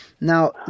now